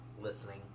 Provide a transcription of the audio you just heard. listening